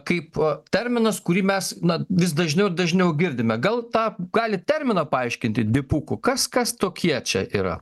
kaip terminas kurį mes na vis dažniau ir dažniau girdime gal tą galit terminą paaiškinti dipukų kas kas tokie čia yra